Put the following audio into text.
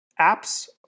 apps